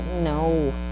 no